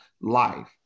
life